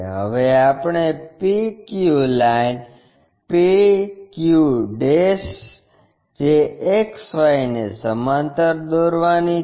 હવે આપણે આ p q line p q જે XY ને સમાંતર દોરવાની છે